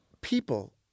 People